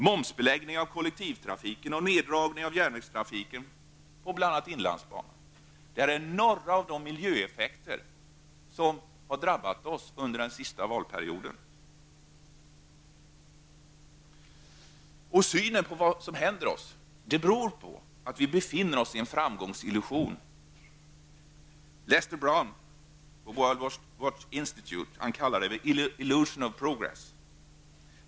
inlandsbanan är ytterligare några av de miljöeffekter som har drabbat oss under den senaste valperioden. Vi befinner oss i en framgångsillusion. Lester Brown kallar det The Illusion of Progress.